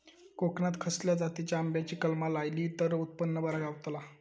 कोकणात खसल्या जातीच्या आंब्याची कलमा लायली तर उत्पन बरा गावताला?